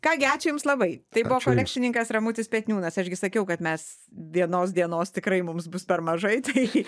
ką gi ačiū jums labai tai buvo kolekcininkas ramutis petniūnas aš gi sakiau kad mes vienos dienos tikrai mums bus per mažai tai